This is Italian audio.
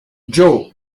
joe